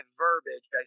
verbiage